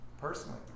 Personally